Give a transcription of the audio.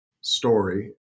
story